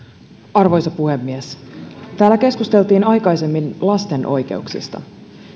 arvoisa puhemies täällä keskusteltiin aikaisemmin lasten oikeuksista